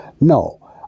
No